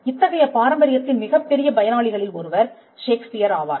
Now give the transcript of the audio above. இத்தகைய பாரம்பரியத்தின் மிகப்பெரிய பயனாளிகளில் ஒருவர் ஷேக்ஸ்பியர் ஆவார்